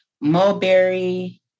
mulberry